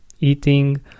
eating